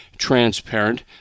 transparent